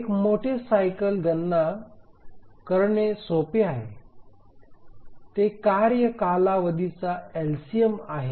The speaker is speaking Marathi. एक मोठे सायकल गणना करणे सोपे आहे ते कार्य कालावधीचा एलसीएम आहे